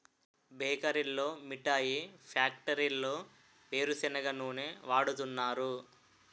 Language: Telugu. బేకరీల్లో మిఠాయి ఫ్యాక్టరీల్లో వేరుసెనగ నూనె వాడుతున్నారు